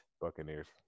Buccaneers